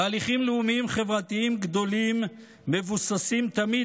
תהליכים לאומיים חברתיים גדולים מבוססים תמיד